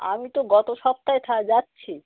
আমি তো গত সপ্তাহে থা যাচ্ছি